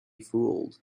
fooled